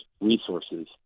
resources